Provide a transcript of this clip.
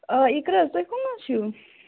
آ اِقرا حظ تُہۍ کٕم حظ چھِو